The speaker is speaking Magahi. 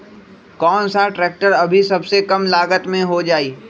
कौन सा ट्रैक्टर अभी सबसे कम लागत में हो जाइ?